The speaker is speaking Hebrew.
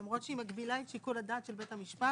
למרות שהיא מגבילה את שיקול הדעת של בית המשפט?